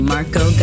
Marco